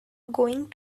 going